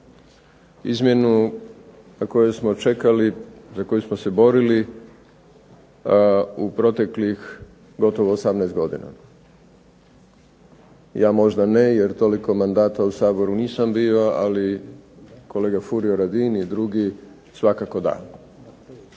izmjenu za koju smo čekali, za koju smo se borili, a u proteklih gotovo 18 godina. Ja možda ne, jer toliko mandata u Saboru nisam bio ali kolega Furio Radin i drugi svakako da.